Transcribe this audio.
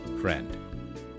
Friend